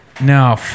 No